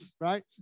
Right